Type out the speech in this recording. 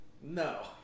No